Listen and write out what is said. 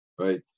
right